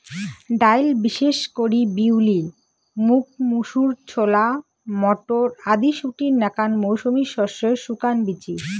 ডাইল বিশেষ করি বিউলি, মুগ, মুসুর, ছোলা, মটর আদি শুটির নাকান মৌসুমী শস্যের শুকান বীচি